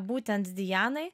būtent dianai